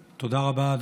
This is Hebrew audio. מס' 12 ו-45.